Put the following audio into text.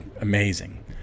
Amazing